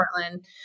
Portland